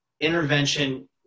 Intervention